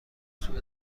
سوء